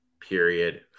period